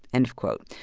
end of quote.